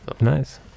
nice